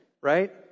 right